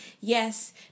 yes